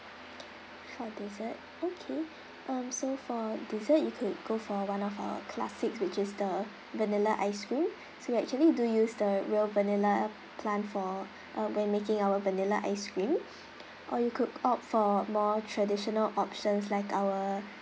for dessert okay um so for dessert you could go for one of our classics which is the vanilla ice cream so we actually do use the real vanilla plant for uh when making our vanilla ice cream or you could opt for more traditional options like our